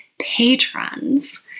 patrons